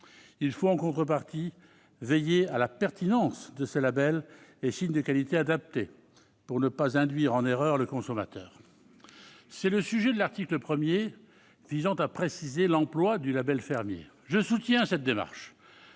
Il faut, en contrepartie, veiller à la pertinence de ces labels et signes de qualité, adaptés pour ne pas induire en erreur le consommateur. C'est le sujet de l'article 1, visant à préciser l'emploi du label fermier. Je soutiens cette démarche